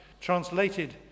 translated